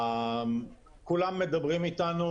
כולם מדברים איתנו.